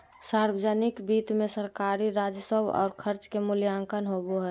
सावर्जनिक वित्त मे सरकारी राजस्व और खर्च के मूल्यांकन होवो हय